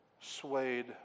Swayed